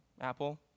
Apple